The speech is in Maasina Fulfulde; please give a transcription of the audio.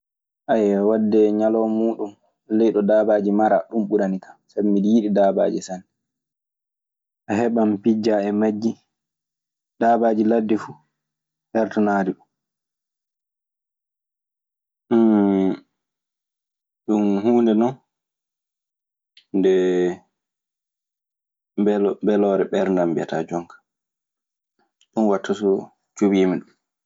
waɗde ñalawma muuɗun ley ɗo daabaaji maraa ɗun ɓuranikan, sabi miɗe yiɗi daabaaji sanne. A heɓan pijjaa e majji. Daabaaji ladde fu hertanaaade ɗun. Ɗun huunde non nde, mbel mbeloore ɓerndan mbiyataa jonka. Ɗun watta so cuɓiimi.